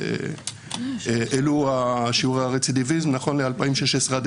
אלו שיעורי הרצידביזם נכון ל-2016 עד